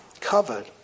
Covered